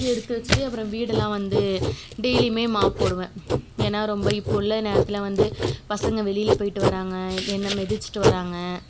எடுத்து வச்சுட்டு அப்புறம் வீடெல்லாம் வந்து டெய்லியுமே மாப் போடுவேன் ஏன்னால் ரொம்ப இப்போ உள்ள நேரத்தில் வந்து பசங்கள் வெளியில் போயிட்டு வராங்க என்ன மிதிச்சுட்டு வராங்க